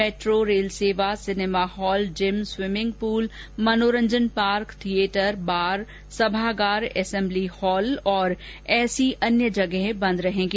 metro rail सेवा cinema hall gym swimming pool मनोरंजन park theatre bar सभागार assembly hall और ऐसी अन्य जगह बंद रहेगी